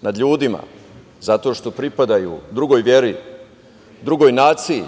nad ljudima zato što pripadaju drugoj veri, drugoj naciji,